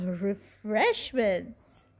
refreshments